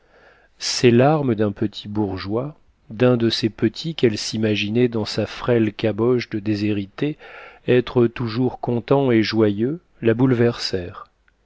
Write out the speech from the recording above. ces larmes d'un petit bourgeois d'un de ces petits qu'elle s'imaginait dans sa frêle caboche de déshéritée être toujours contents et joyeux la